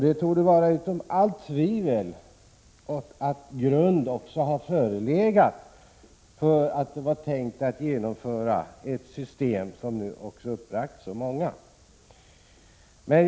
Det torde vara utom allt tvivel att grund också har förelegat för misstanken att det system som nu har uppbragt så många var tänkt att genomföras.